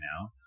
now